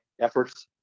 efforts